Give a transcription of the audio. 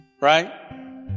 right